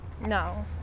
No